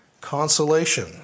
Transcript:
Consolation